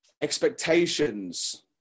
Expectations